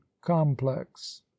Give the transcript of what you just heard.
complex